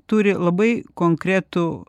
turi labai konkretų